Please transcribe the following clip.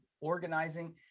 organizing